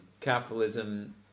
capitalism